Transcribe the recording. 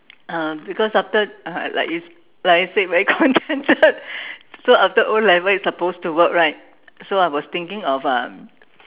uh because after uh like you like I said very contented so after O-level I supposed to work right so I was thinking of um